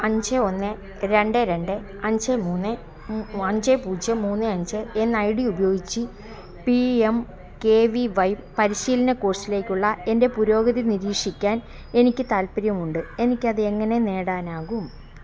അഞ്ച് ഒന്ന് രണ്ട് രണ്ട് അഞ്ച് മൂന്ന് മ് അഞ്ച് പൂജ്യം മൂന്ന് അഞ്ച് എന്ന ഐ ഡി ഉപയോഗിച്ച് P M K V Y പരിശീലന കോഴ്സിലേക്കുള്ള എന്റെ പുരോഗതി നിരീക്ഷിക്കാൻ എനിക്ക് താൽപ്പര്യമുണ്ട് എനിക്ക് അത് എങ്ങനെ നേടാനാകും